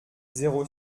zéro